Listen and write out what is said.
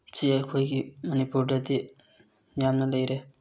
ꯁꯤ ꯑꯩꯈꯣꯏꯒꯤ ꯃꯅꯤꯄꯨꯔꯗꯗꯤ ꯌꯥꯝꯅ ꯂꯩꯔꯦ